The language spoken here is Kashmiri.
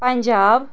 پنٛجاب